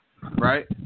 right